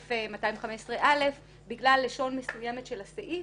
לסעיף 215(א) בגלל לשון מסוימת של הסעיף.